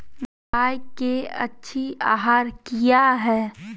गाय के अच्छी आहार किया है?